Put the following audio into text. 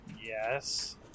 Yes